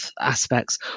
aspects